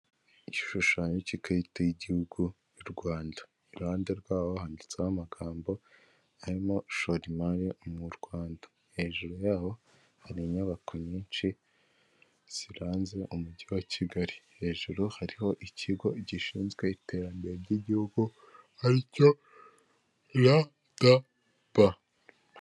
Igishushanyo cy'ikarita y'igihugu y'u Rwanda, iruhande rw'aho handitseho amagambo arimo gushora imari mu Rwanda, hejuru yaho hari inyubako nyinshi ziranze umujyi wa Kigali, hejuru hariho ikigo gishinzwe iterambere ry'igihugu ari cyo radaba.